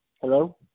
Hello